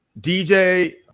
DJ